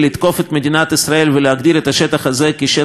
ישראל ולהגדיר את השטח הזה כשטח כבוש,